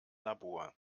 labor